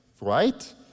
right